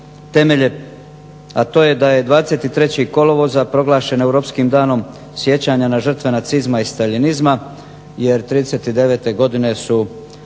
to je da je 23. kolovoza proglašen europskim Danom sjećanja na žrtve nacizma i staljinizma jer '39. godine su